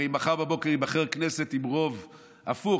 הרי מחר בבוקר תיבחר כנסת עם רוב הפוך,